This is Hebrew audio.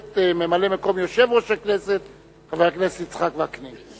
ממלא-מקום יושב-ראש הכנסת חבר הכנסת יצחק וקנין.